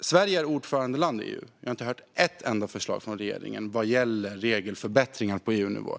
Sverige är ordförandeland i EU, men vi har inte hört ett enda förslag från regeringen vad gäller regelförbättringar på EU-nivå.